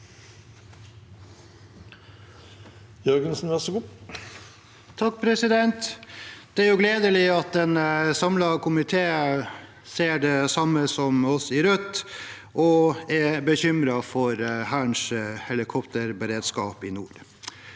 (R) Det er gledelig at en samlet komité ser det samme som oss i Rødt og er bekymret for Hærens helikopterberedskap i nord.